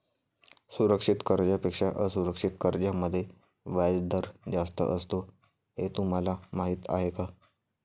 सुरक्षित कर्जांपेक्षा असुरक्षित कर्जांमध्ये व्याजदर जास्त असतो हे तुम्हाला माहीत आहे का?